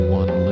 one